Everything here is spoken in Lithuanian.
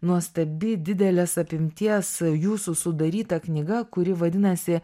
nuostabi didelės apimties jūsų sudaryta knyga kuri vadinasi